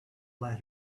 let